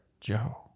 Joe